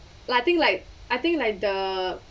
lah I think like I think like the